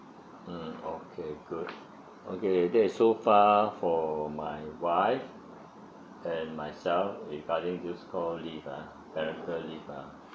mm okay good okay there is so far for my wife and myself regarding this called leave ah parental leave ah